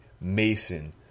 Mason